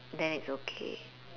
then it's okay